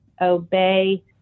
obey